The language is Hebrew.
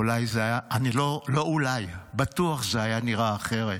אולי זה היה, לא אולי, בטוח זה היה נראה אחרת.